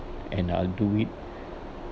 and I'll do it